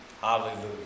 Hallelujah